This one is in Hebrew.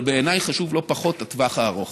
אבל בעיניי חשוב לא פחות הטווח הארוך.